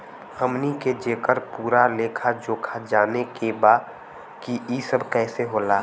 हमनी के जेकर पूरा लेखा जोखा जाने के बा की ई सब कैसे होला?